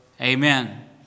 Amen